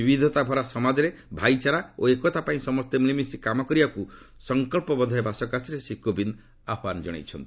ବିବିଧତାଭରା ସମାଜରେ ଭାଇଚାରା ଓ ଏକତା ପାଇଁ ସମସ୍ତେ ମିଳିମିଶି କାମ କରିବାକୁ ସଂକଳ୍ପ ବଦ୍ଧ ହେବା ସକାଶେ ଶ୍ରୀ କୋବିନ୍ଦ ଆହ୍ୱାନ ଜଣାଇଛନ୍ତି